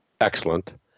excellent